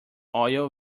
oil